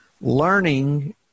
Learning